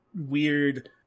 weird